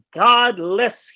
godless